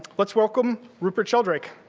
let's welcome, rupert sheldrake.